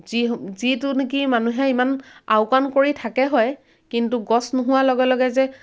যি যিটো নিকি মানুহে ইমান আওকাণ কৰি থাকে হয় কিন্তু গছ নোহোৱাৰ লগে লগে যে